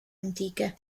antiche